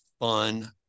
fun